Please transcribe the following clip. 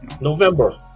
November